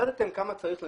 מדדתם כמה צריך לנפש?